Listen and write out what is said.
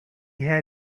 had